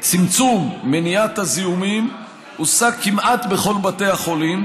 לצמצום מניעת הזיהומים הושג כמעט בכל בתי החולים,